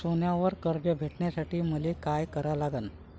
सोन्यावर कर्ज भेटासाठी मले का करा लागन?